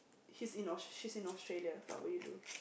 he's in she's in Australia what would you do